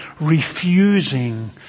refusing